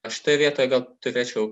aš toj vietoj gal turėčiau